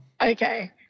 Okay